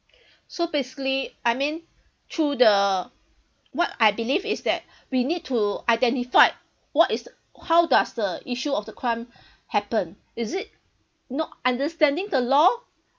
so basically I mean through the what I believe is that we need to identify what is how does the issue of the crime happen is it not understanding the law